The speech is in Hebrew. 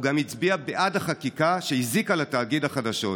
הוא גם הצביע בעד החקיקה שהזיקה לתאגיד החדשות.